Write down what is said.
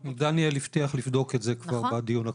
דניאל הבטיח לבדוק את זה כבר בדיון הקודם.